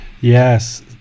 Yes